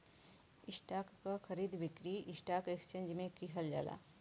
stock क खरीद बिक्री स्टॉक एक्सचेंज में किहल जाला